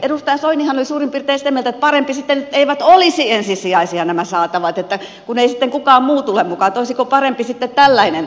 edustaja soinihan oli suurin piirtein sitä mieltä että parempi sitten että eivät olisi ensisijaisia nämä saatavat että kun ei sitten kukaan muu tule mukaan että olisiko parempi sitten tällainen